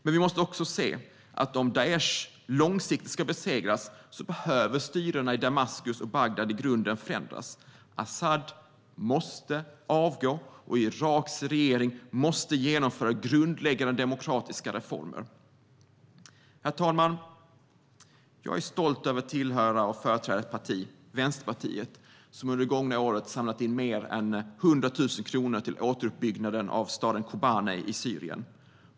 Men vi måste också se att om Daish långsiktigt ska besegras behöver styrena i Damaskus och Bagdad i grunden förändras. Asad måste avgå, och Iraks regering måste genomföra grundläggande demokratiska reformer. Herr talman! Jag är stolt över att tillhöra och företräda ett parti, Vänsterpartiet, som under det gångna året samlat in mer än 100 000 kronor till återuppbyggnaden av staden Kobane i Syrien.